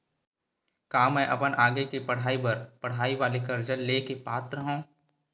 का मेंहा अपन आगे के पढई बर पढई वाले कर्जा ले के पात्र हव?